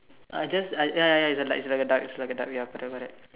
I just I ya ya ya it's a like it's like a duck it's like a duck ya correct correct